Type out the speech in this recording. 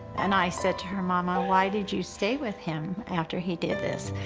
and i said to her, mama, why did you stay with him after he did this?